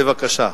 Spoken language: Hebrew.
בבקשה.